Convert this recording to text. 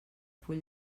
full